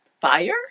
fire